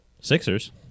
Sixers